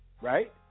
right